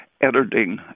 editing